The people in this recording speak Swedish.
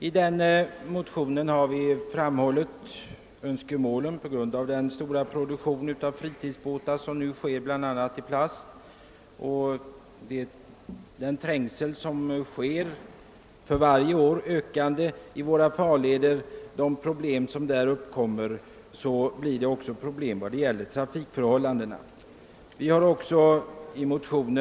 I motionen framförs önskemål på grund av den nu så stora produktionen av fritidsbåtar, bl.a. av plast, och den trängsel som för varje år blir allt större i våra farleder och som skapar trafikproblem. Vi har i motionen också berört skillnaderna då det gäller landtrafik och sjötrafik.